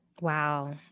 Wow